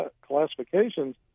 classifications